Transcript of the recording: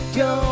go